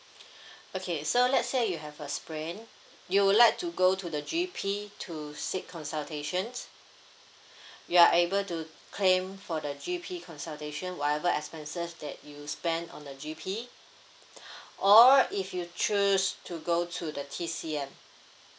okay so let's say you have a sprain you would like to go to the G_P to seek consultations you are able to claim for the G_P consultation whatever expenses that you spend on the G_P or if you choose to go to the T_C_M